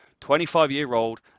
25-year-old